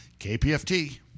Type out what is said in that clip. kpft